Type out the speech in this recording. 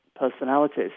personalities